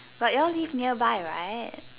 but ya'll live nearby right